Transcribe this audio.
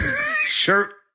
shirt